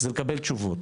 לקבל תשובות.